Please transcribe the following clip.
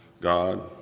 God